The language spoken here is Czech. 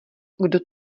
kdo